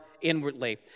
inwardly